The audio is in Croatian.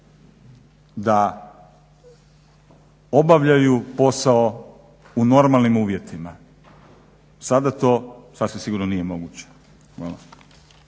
da obavljaju posao u normalnim uvjetima. Sada to sasvim sigurno nije moguće.